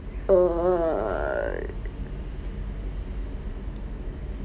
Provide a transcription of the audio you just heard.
err